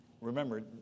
Remember